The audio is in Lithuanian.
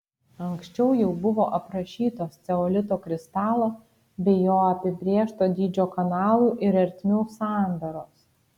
anksčiau jau buvo aprašytos ceolito kristalo bei jo apibrėžto dydžio kanalų ir ertmių sandaros